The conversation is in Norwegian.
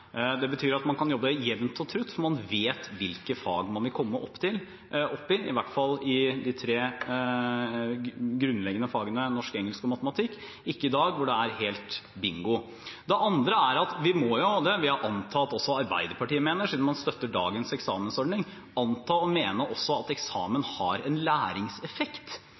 Det betyr at man kan jobbe jevnt og trutt, for man vet hvilke fag man vil komme opp i – i hvert fall i de tre grunnleggende fagene norsk, engelsk og matematikk – og ikke som i dag, hvor det er helt bingo. Det andre er at vi må – og det vil jeg anta at også Arbeiderpartiet mener, siden man støtter dagens eksamensordning – anta og mene at også eksamen har en læringseffekt,